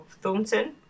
Thornton